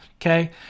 okay